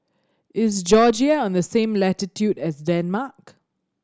is Georgia on the same latitude as Denmark